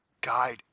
guide